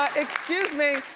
excuse me,